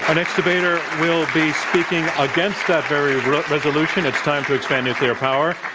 um next debater will be speaking against that very resolution it's time to expand nuclear power.